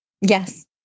Yes